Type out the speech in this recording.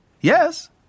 Yes